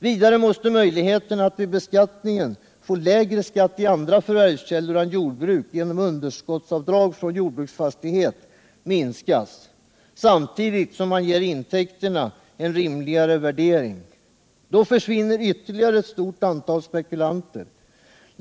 Vidare måste möjligheterna att vid beskattningen få lägre skatt i andra förvärvskällor än jordbruk genom underskottsavdrag från jordbruksfastighet minskas, samtidigt som man ger intäkterna en rimligare värdering. Då försvinner ytterligare ett stort antal spekulanter.